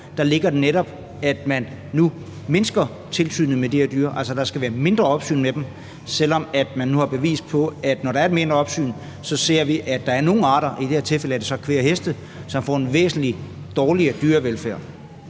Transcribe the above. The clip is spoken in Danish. Der ligger netop, at man nu mindsker tilsynet med de her dyr, altså, at der skal være mindre opsyn med dem, selv om man nu har bevis på, at når der er mindre opsyn, ser man, at nogle arter – i det her tilfælde er det så kvæg og heste – får en væsentlig dårligere dyrevelfærd.